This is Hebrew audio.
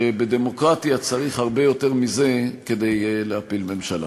שבדמוקרטיה צריך הרבה יותר מזה כדי להפיל ממשלה.